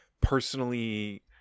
personally